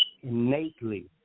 innately